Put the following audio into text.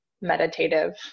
meditative